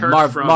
Marvel